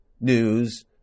news